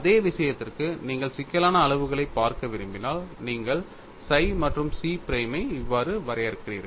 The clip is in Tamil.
அதே விஷயத்திற்கு நீங்கள் சிக்கலான அளவுகளைப் பார்க்க விரும்பினால் நீங்கள் psi மற்றும் chi prime ஐ இவ்வாறு வரையறுக்கிறீர்கள்